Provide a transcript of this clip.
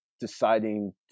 deciding